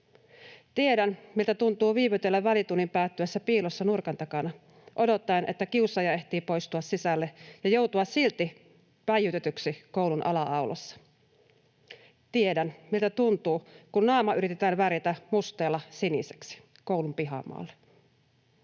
Tiedän, miltä tuntuu viivytellä välitunnin päättyessä piilossa nurkan takana odottaen, että kiusaaja ehtii poistua sisälle, ja joutua silti väijytetyksi koulun ala-aulassa. Tiedän, miltä tuntuu, kun naama yritetään värjätä musteella siniseksi koulun pihamaalla.